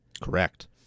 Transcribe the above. Correct